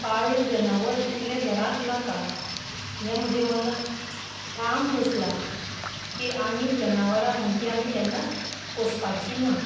पाळीव जनावर इतलें घराक नाका हें म्हजे मनाक ठाम बसला की आनीक जनावरां म्हण ती आमी केन्नाच पोसवाची ना